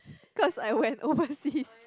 cause I went overseas